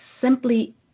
simply –